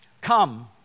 Come